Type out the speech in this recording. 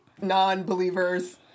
non-believers